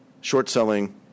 short-selling